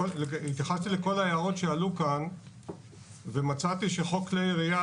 התייחסתי לכל ההערות שעלו כאן ומצאתי שחוק כלי ירייה,